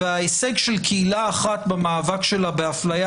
וההישג של קהילה אחת במאבק שלה באפליה